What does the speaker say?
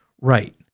Right